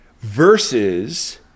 versus